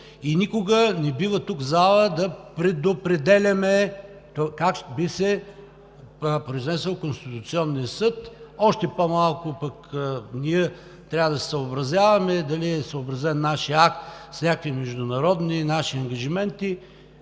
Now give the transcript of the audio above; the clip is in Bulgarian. Никога не бива в залата да предопределяме как би се произнесъл Конституционният съд, още по-малко пък трябва да се съобразяваме дали е съобразен нашият акт с някакви наши международни ангажименти.